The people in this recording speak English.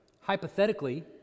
hypothetically